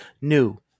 New